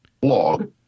blog